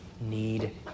need